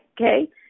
okay